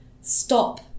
stop